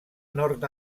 nord